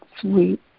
sweet